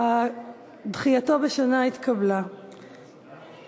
(תיקון מס' 16) (תיקון מס' 9),